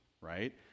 right